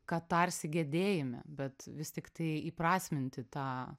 katarsį gedėjime bet vis tiktai įprasminti tą